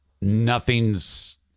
Nothing's